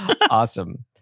Awesome